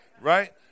Right